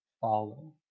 follow